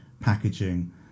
packaging